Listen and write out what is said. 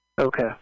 Okay